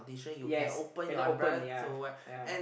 yes cannot open ya ya